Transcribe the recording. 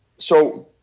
so